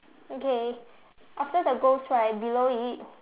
okay after the ghost right below it